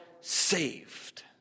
saved